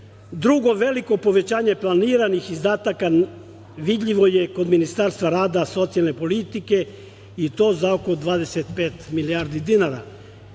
veliko povećanje planiranih izdataka vidljivo je kod Ministarstva za rad i socijalnu politiku, i to za oko 25 milijardi dinara.